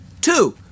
Two